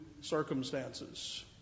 circumstances